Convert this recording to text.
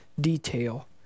detail